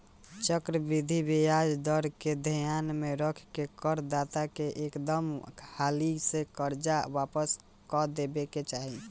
चक्रवृद्धि ब्याज दर के ध्यान में रख के कर दाता के एकदम हाली से कर्जा वापस क देबे के चाही